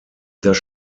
das